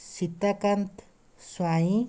Sitakant Swain